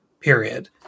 Period